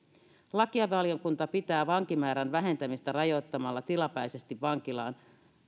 lakivaliokunta pitää vankimäärän vähentämistä rajoittamalla tilapäisesti vankilaan